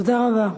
תודה רבה.